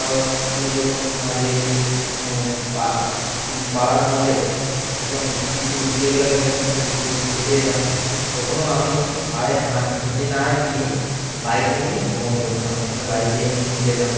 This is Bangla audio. কারণ আমি যখন আগে পা পাড়ার মোড়ে যখন কিছু বিকেলবেলা করে কি কিছু খেতে যেতাম তখনও আমি পায়ে হাঁট হেঁটে না গিয়ে বাইক নিয়ে ভ্রমণ করতাম ওখানে বাইকে যেতাম